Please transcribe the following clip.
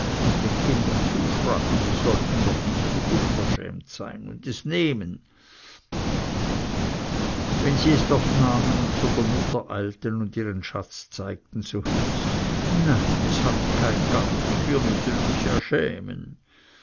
und den kindern zusprachen sie sollten doch nicht so unverschämt sein und es nehmen wenn sie es doch nahmen und zu der mutter eilten und ihren schatz zeigten so hieß es nein es hat kei gattig wir müssen uns ja schämen